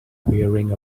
wearing